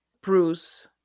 Bruce